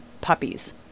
puppies